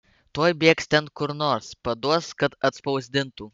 tuoj bėgs ten kur nors paduos kad atspausdintų